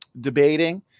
debating